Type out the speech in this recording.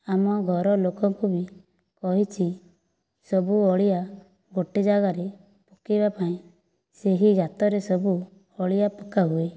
ଆମ ଘର ଲୋକଙ୍କୁ ବି କହିଛି ସବୁ ଅଳିଆ ଗୋଟିଏ ଜାଗାରେ ପକେଇବା ପାଇଁ ସେଇ ଗାତରେ ସବୁ ଅଳିଆ ପକାହୁଏ